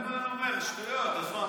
ליברמן אומר: שטויות, אז מה?